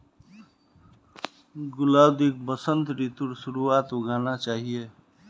गुलाउदीक वसंत ऋतुर शुरुआत्त उगाना चाहिऐ